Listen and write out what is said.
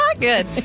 good